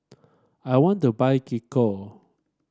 I want to buy Gingko